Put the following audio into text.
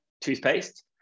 toothpaste